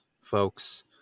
folks